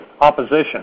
opposition